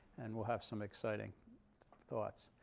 and we'll have some exciting thoughts.